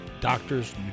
doctors